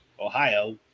Ohio